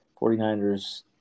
49ers